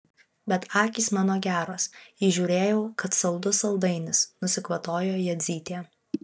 bet akys mano geros įžiūrėjau kad saldus saldainis nusikvatojo jadzytė